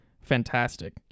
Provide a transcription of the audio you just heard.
fantastic